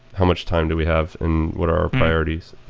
how much time do we have and what are our priorities?